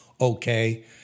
Okay